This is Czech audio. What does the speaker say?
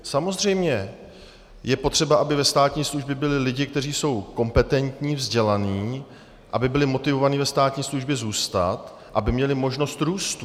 Samozřejmě, je potřeba, aby ve státní službě byli lidi, kteří jsou kompetentní, vzdělaní, aby byli motivovaní ve státní službě zůstat, aby měli možnost růstu.